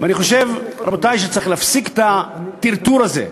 אני חושב, רבותי, שצריך להפסיק את הטרטור הזה.